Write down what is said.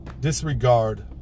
disregard